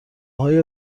های